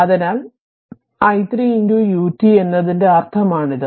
അതിനാൽ i 3 ut എന്നതിന്റെ അർത്ഥമാണിത്